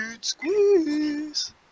squeeze